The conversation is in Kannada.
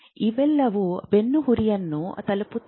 ಇವೆಲ್ಲವೂ ಬೆನ್ನುಹುರಿಯನ್ನು ತಲುಪುತ್ತವೆ